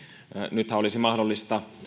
nythän olisi mahdollista